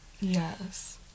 Yes